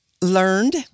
learned